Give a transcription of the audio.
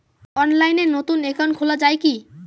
অনলাইনে নতুন একাউন্ট খোলা য়ায় কি?